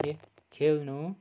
खेल्नु